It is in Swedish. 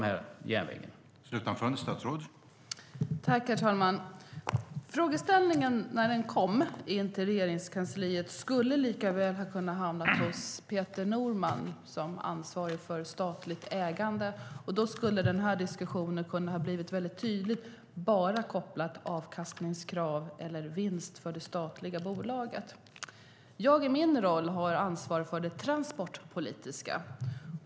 Herr talman! När frågeställningen kom till Regeringskansliet skulle den lika väl ha kunnat hamna hos Peter Norman, som ansvarig för statligt ägande. Då skulle den här diskussionen ha blivit tydligt kopplad bara till frågan om avkastningskrav eller vinst för det statliga bolaget. I min roll har jag ansvar för det transportpolitiska.